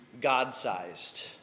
God-sized